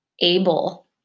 able